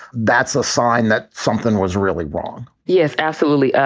that's a sign that something was really wrong yes, absolutely.